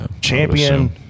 Champion